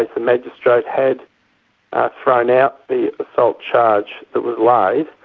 like the magistrate had thrown out the assault charge that was like